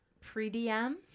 Pre-DM